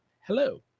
hello